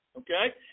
Okay